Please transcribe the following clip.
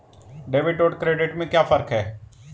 Debit और credit में क्या फर्क है?